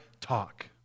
talk